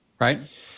Right